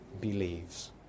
believes